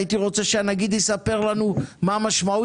הייתי רוצה שהנגיד יספר לנו מה המשמעות